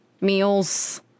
meals